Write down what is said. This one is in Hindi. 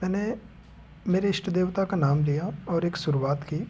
मैंने मेरे इष्ट देवता का नाम लिया और एक शुरुआत की